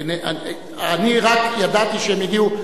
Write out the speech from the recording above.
אני רק ידעתי שהם הגיעו,